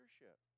leadership